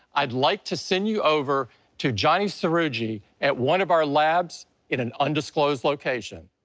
i'd like to send you over to johny srouji at one of our labs in an undisclosed location.